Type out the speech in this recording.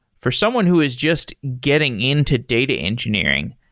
for someone who is just getting into data engineering,